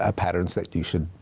ah patterns that you should